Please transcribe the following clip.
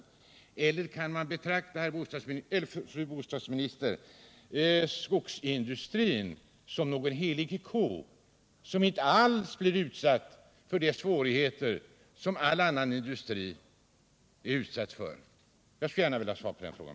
Eller kan man betrakta, fru bostadsminister, skogsindustrin som någon helig ko, som inte alls blir utsatt för de svårigheter som all annan industri är utsatt för? Jag skulle gärna vilja ha svar på den frågan.